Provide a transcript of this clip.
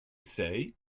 say